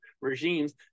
regimes